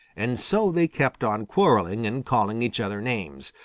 and so they kept on quarreling and calling each other names,